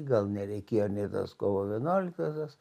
gal nereikėjo nei tos kovo vienuoliktosios